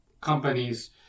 companies